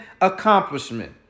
accomplishment